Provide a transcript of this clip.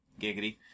Giggity